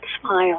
smile